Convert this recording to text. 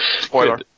Spoiler